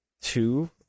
Two